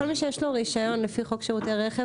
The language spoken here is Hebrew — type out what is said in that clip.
כל מי שיש לו רישיון לפי חוק שירותי רכב,